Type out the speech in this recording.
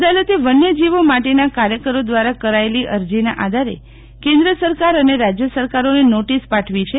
અદાલતે વન્ય જીવો માટેના કાર્યકરો દ્વારા કરાયેલી અરજીના આધારે કેન્દ્ર સરકાર અને રાજ્ય સરકારોને નોટીસ પાઠવી છે